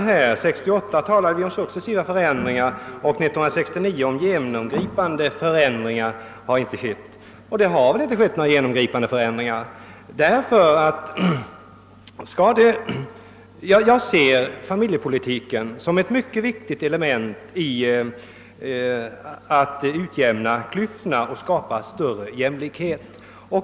År 1968 talade vi om successiva förändringar, och 1969 talar vi om att genomgripande förändringar inte har skett — och det har inte skett några genomgripande förändringär; : Jag ser familjepolitiken som ett mycket viktigt element i arbetet på att utjämna klyftorna och skapa större jämlikhet.